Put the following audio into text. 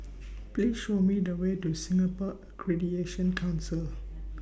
Please Show Me The Way to Singapore Accreditation Council